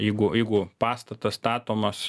jeigu jeigu pastatas statomas